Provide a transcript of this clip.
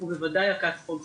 ובוודאי מכת חום קיצונית.